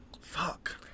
Fuck